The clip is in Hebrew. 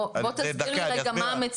אני אסביר לך למה.